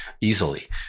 easily